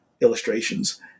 illustrations